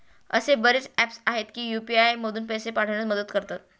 असे बरेच ऍप्स आहेत, जे यू.पी.आय मधून पैसे पाठविण्यास मदत करतात